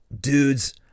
Dudes